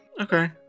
Okay